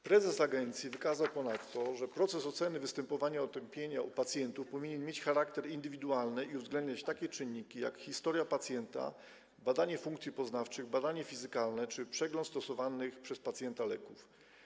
Prezes agencji wykazał ponadto, że proces oceny występowania otępienia u pacjentów powinien mieć charakter indywidualny i uwzględniać takie czynniki, jak historia pacjenta, badanie funkcji poznawczych, badanie fizykalne czy przegląd stosowanych przez pacjenta leków.